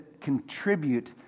contribute